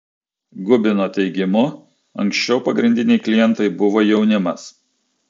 gubino teigimu anksčiau pagrindiniai klientai buvo jaunimas